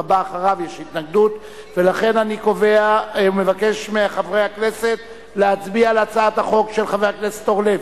לכן אני מבקש מחברי הכנסת להצביע על הצעת החוק של חבר הכנסת אורלב,